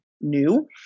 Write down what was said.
new